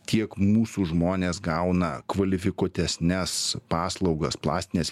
tiek mūsų žmonės gauna kvalifikuotesnes paslaugas plastinės